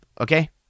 okay